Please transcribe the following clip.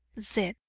z.